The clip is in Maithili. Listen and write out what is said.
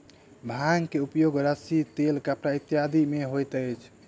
भांग के उपयोग रस्सी तेल कपड़ा इत्यादि में होइत अछि